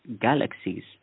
galaxies